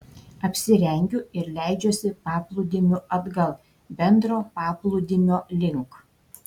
apsirengiu ir leidžiuosi paplūdimiu atgal bendro paplūdimio link